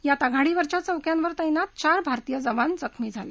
यात आघाडीवरच्या चौक्यांवर तैनात चार भारतीय जवान जखमी झाले